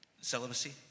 celibacy